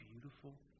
beautiful